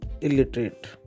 Illiterate